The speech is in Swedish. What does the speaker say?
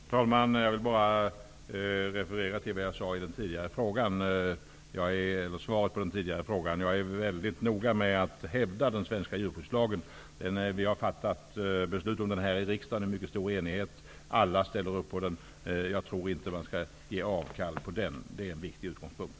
Herr talman! Jag vill referera till vad jag sade i svaret på föregående fråga. Jag är mycket noga med att hävda den svenska djurskyddslagen. Riksdagen har stiftat den under mycket stor enighet. Alla ställer sig bakom den. Jag tycker inte att man skall göra avkall på den. Det är en viktig utgångspunkt.